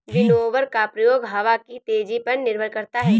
winnower का प्रयोग हवा की तेजी पर निर्भर करता है